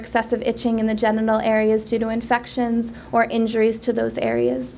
excessive itching in the general areas to do infections or injuries to those areas